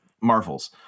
Marvel's